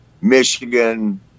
Michigan